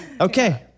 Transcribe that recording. Okay